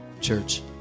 Church